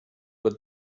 what